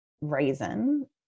reason